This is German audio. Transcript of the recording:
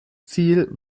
ziel